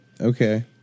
Okay